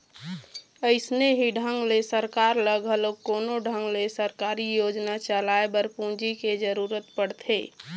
अइसने ही ढंग ले सरकार ल घलोक कोनो ढंग ले सरकारी योजना चलाए बर पूंजी के जरुरत पड़थे